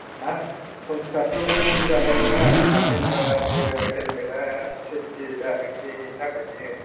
हाब कन्सिडारथ' होजानाय नङा मानो होनबा ओ हेलमेटा सेफटि दा नोंनि थाखायनो